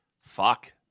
Fuck